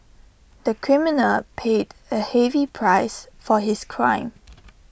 the criminal paid A heavy price for his crime